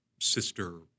sister